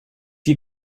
you